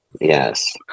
yes